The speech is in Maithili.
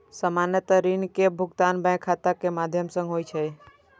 सामान्यतः ऋण के भुगतान बैंक खाता के माध्यम सं होइ छै